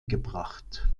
gebracht